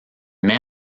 met